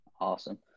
awesome